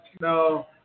no